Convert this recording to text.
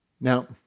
Now